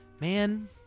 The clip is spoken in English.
Man